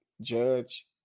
Judge